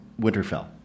Winterfell